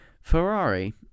Ferrari